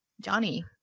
johnny